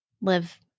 live